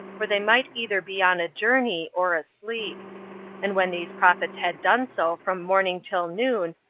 for they might either be on a journey, or asleep and when these prophets had done so from morning till noon,